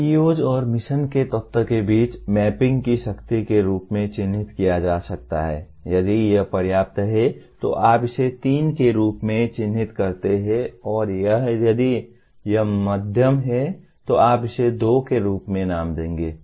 PEOs और mission के तत्व के बीच मैपिंग की शक्ति के रूप में चिह्नित किया जा सकता है यदि यह पर्याप्त है तो आप इसे 3 के रूप में चिह्नित करते हैं और यदि यह मध्यम है तो आप इसे 2 के रूप में नाम देंगे